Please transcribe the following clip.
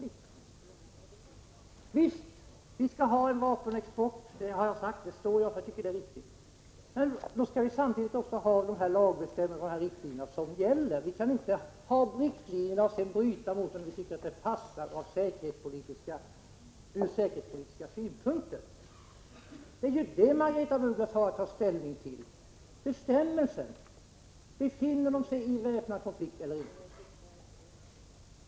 Visst skall Sverige ha en vapenexport, men vi måste samtidigt ha lagbestämmelser och riktlinjer som gäller. Vi kan inte ha riktlinjer och bryta mot dem när vi tycker att det passar ur säkerhetspolitiska synpunkter. Det är bestämmelserna som Margaretha af Ugglas har att ta ställning till. Befinner sig USA i väpnad konflikt eller inte?